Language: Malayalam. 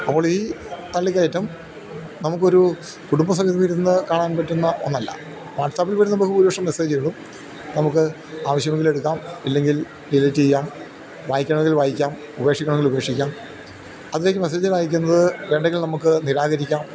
നമ്മളീ തള്ളിക്കയറ്റം നമുക്കൊരു കുടുംബ സമേതം ഇരുന്നു കാണാൻ പറ്റുന്ന ഒന്നല്ല വാട്സാപ്പിൽ വരുന്ന നമുക്ക് ഭൂരിപക്ഷം മെസ്സേജുകളും നമുക്ക് ആവശ്യമെങ്കിൽ എടുക്കാം ഇല്ലെങ്കിൽ ഡിലീറ്റെയ്യാം വായിക്കണമെങ്കിൽ വായിക്കാം ഉപേക്ഷിക്കണമെങ്കിൽ ഉപേക്ഷിക്കാം അതിലേക്ക് മെസ്സേജുകള് അയയ്ക്കുന്നതു വേണ്ടെങ്കിൽ നമുക്കു നിരാകരിക്കാം